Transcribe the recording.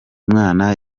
mwana